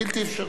בלתי אפשרי.